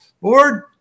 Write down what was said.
board